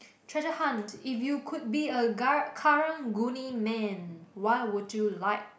treasure hunt if you could be a ga~ Karang-Guni man what would you like